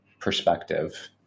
perspective